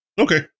Okay